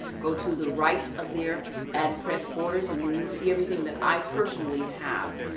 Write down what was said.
go to the right of there and press orders and and you'll see everything that i personally have,